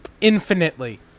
Infinitely